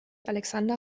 alexander